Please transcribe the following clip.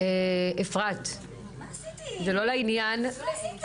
לא עשיתי כלום.